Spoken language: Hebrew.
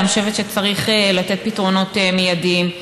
ואני חושבת שצריך לתת פתרונות מיידיים.